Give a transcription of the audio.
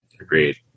Agreed